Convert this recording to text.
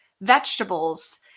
vegetables